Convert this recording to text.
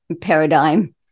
paradigm